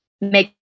make